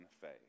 faith